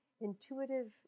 intuitive